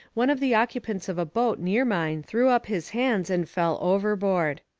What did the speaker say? one of the occupants of a boat near mine threw up his hands and fell overboard.